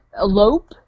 elope